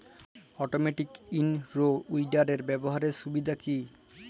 Automatic in row উইডারের ব্যবহারের সুবিধা কি?